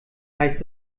heißt